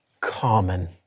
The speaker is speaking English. common